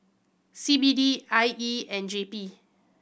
C B D I E and J P